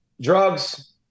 drugs